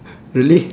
really